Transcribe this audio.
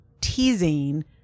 teasing